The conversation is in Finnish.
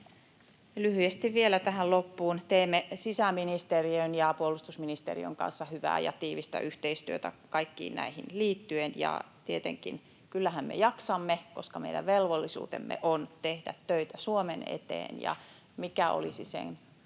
Lyhyesti vielä tähän loppuun: Teemme sisäministeriön ja puolustusministeriön kanssa hyvää ja tiivistä yhteistyötä kaikkiin näihin liittyen. Kyllähän me tietenkin jaksamme, koska meidän velvollisuutemme on tehdä töitä Suomen eteen. Mikä olisi sen